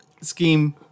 scheme